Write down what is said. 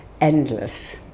endless